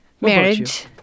Marriage